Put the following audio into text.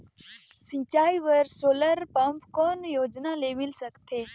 सिंचाई बर solar pump कौन योजना ले मिल सकथे?